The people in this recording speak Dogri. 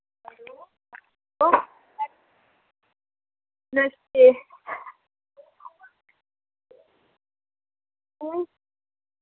हैलो नमस्ते